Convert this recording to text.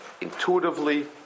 intuitively